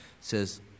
Says